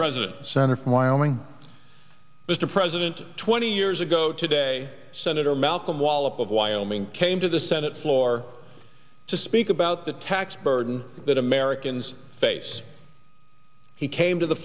president center from wyoming mr president twenty years ago today senator malcolm wallace of wyoming came to the senate floor to speak about the tax burden that a americans face he came to the